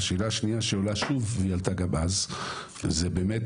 השאלה השנייה שעולה שוב והיא עלתה גם אז זה באמת